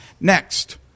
next